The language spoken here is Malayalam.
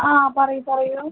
ആ പറയൂ പറയൂ